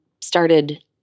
started